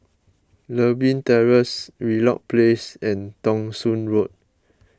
Lewin Terrace Wheelock Place and Thong Soon Road